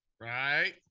Right